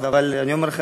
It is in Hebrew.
אבל אני אומר לכם,